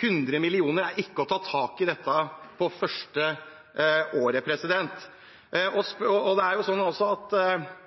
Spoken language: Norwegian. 100 mill. kr er ikke å ta tak i dette det første året. Det er også sånn at